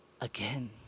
again